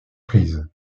prise